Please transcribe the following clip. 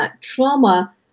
trauma